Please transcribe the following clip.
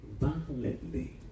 violently